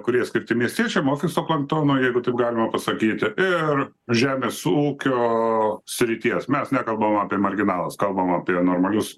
kurie skirti miestiečiam ofiso planktonui jeigu taip galima pasakyti ir žemės ūkio srities mes nekalbam apie marginalas kalbama apie normalius